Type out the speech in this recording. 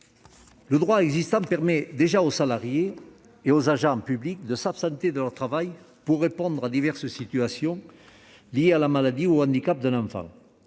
Le droit existant permet déjà aux salariés et aux agents publics de s'absenter de leur travail pour faire face à diverses situations liées à la maladie ou au handicap d'un enfant.